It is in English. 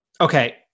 Okay